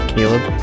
Caleb